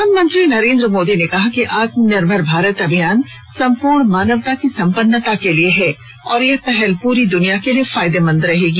प्रधानमंत्री नरेन्द्र मोदी ने कहा कि आत्मानिर्भर भारत अभियान सम्पूर्ण मानवता की सम्पन्नता के लिए है और यह पहल पूरी दुनिया के लिए फायदेमंद रहेगी